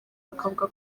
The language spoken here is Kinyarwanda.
bakavuga